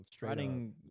writing